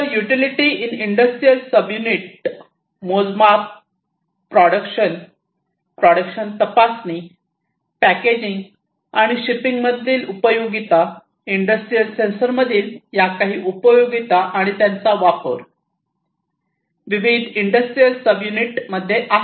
तर utility in industrial sub unit मोजमाप production production तपासणी पॅकेजिंग आणि शिपिंगमधील उपयोगिता इंडस्ट्रियल सेन्सर्समधील या काही उपयोगिता आणि त्यांचा वापर विविध इंडस्ट्रियल सब युनिट मध्ये आहेत